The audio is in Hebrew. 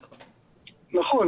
נכון.